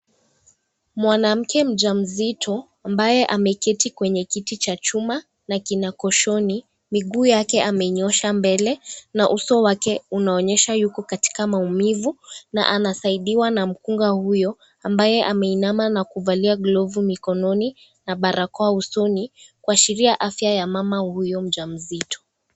Mwanamke mjamzito ambaye ameketi kwenye kiti cha chuma na kina koshoni miguu yake amenyoosha mbele na uso wake unaonyesha yuko katika maumivu na anasaidiwa na mkunga huyo ambaye ameinama na kuvalia glovu mikononi na barakoa usoni kuashiria afya ya mama huyo mjamzito.